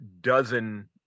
dozen